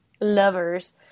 lovers